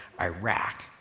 Iraq